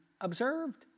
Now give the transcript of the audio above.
observed